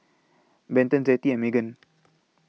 Benton Zettie and Meghan